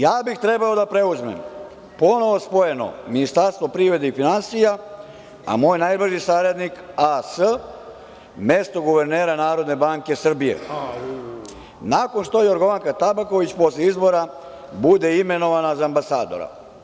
Ja bih trebao da preuzmem ponovo spojeno Ministarstvo privrede i finansija, a moj najbolji saradnik A.S. mesto guvernera NBS, nakon što Jorgovanka Tabaković posle izbora bude imenovana za ambasadora.